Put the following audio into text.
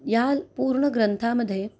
या पूर्ण ग्रंथामध्ये